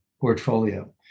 portfolio